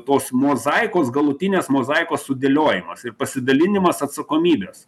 tos mozaikos galutinės mozaikos sudėliojimas ir pasidalinimas atsakomybės